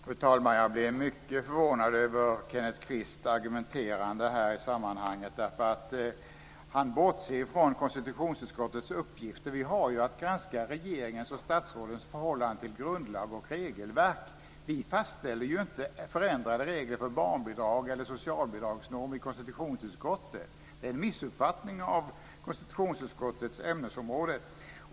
Fru talman! Jag blev mycket förvånad över Kenneth Kvists argumenterande i sammanhanget. Han bortser från konstitutionsutskottets uppgifter. Vi har ju att granska regeringens och statsrådens förhållande till grundlag och regelverk. Vi fastställer inte förändrade regler för barnbidrag eller socialbidragsnorm i konstitutionsutskottet. Det är en missuppfattning av konstitutionsutskottets ämnesområde.